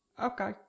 Okay